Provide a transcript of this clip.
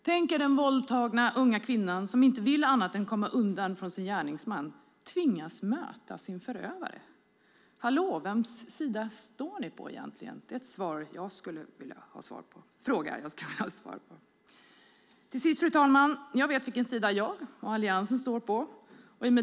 Tänk er att den våldtagna unga kvinnan som inte vill annat än komma undan från sin gärningsman tvingas möta sin förövare. Vems sida står ni på egentligen? Den frågan vill jag ha svar på. Fru talman! Jag vet vilken sida jag och Alliansen står på.